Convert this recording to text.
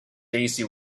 daisy